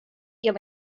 jag